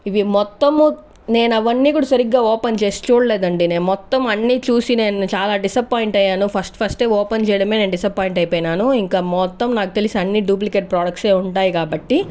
ఇవి మొత్తము నేను అవన్నీ కూడా సరిగ్గా ఓపెన్ చేసి చూడలేదండి నేను మొత్తం అన్ని చూసి నేను చాలా డిసప్పాయింట్ అయ్యాను ఫస్ట్ ఫస్ట్ ఓపెన్ చేయడమే నేను డిసప్పాయింట్ అయిపోయినాను ఇంకా మొత్తం నాకు తెలుసు అన్ని డూప్లికేట్ ప్రొడక్ట్స్ ఉంటాయి కాబట్టి